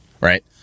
right